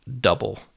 double